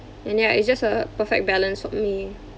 and ya it's just a perfect balance for me